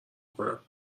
کنم